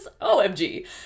OMG